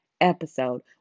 episode